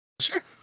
Sure